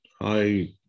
hi